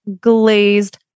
glazed